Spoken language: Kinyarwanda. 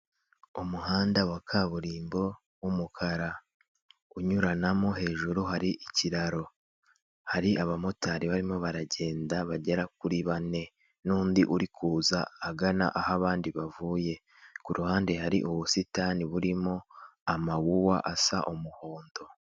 Umuhanda wa kaburimbo w'umukara unyuranamo hejuru hari ikiraro, hari abamotari barimo baragenda bagera kuri bane, n'undi uri kuza agana aho abandi bavuye, k'uruhande hari ubusitani burimo amawuwa asa umuhondo.